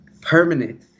permanent